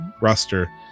roster